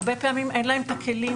הרבה פעמים אין להם הכלים,